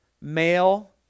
male